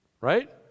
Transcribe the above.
Right